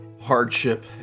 hardship